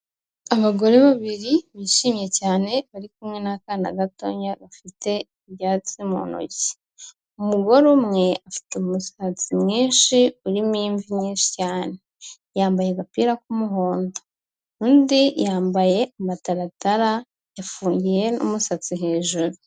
Abagore babiri bishimye cyane bari kumwe n'akana gatonya bafite ibyatsi mu ntoki, umugore umwe afite umusatsi mwinshi urimo imvi nyinshi cyane, yambaye agapira k'umuhondo undi yambaye amataratara yafungiye n'umusatsi hejuru.